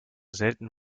selten